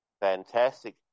fantastic